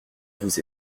vous